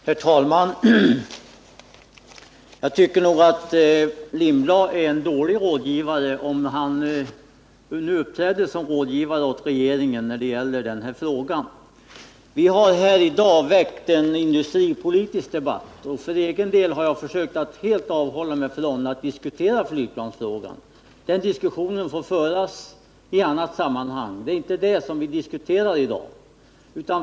Herr talman! Hans Lindblad är en dålig rådgivare, om han nu uppträder som rådgivare åt regeringen när det gäller denna fråga. Vi har i dag väckt en industripolitisk debatt. För egen del har jag försökt att helt avhålla mig från att diskutera flygplansfrågan. Den diskussionen får föras i annat sammanhang.